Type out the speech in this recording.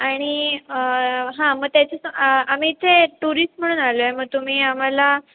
आणि हां मग त्याच्यासो आम्ही ते टुरिस्ट म्हणून आलो आहे मग तुम्ही आम्हाला